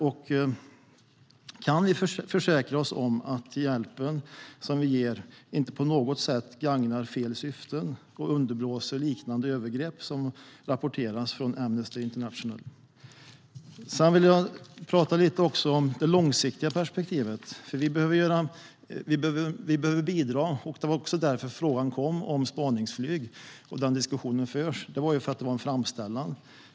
Vi måste kunna försäkra oss om att den hjälp vi ger inte på något sätt gagnar fel syften och underblåser övergrepp av den typ som rapporteras från Amnesty International. Sedan vill jag också prata lite om det långsiktiga perspektivet. Vi behöver bidra. Det var också därför frågan om spaningsflyg kom. Den diskussionen förs för att det var en framställan.